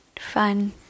Fun